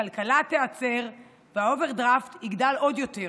הכלכלה תיעצר והאוברדרפט יגדל עוד יותר.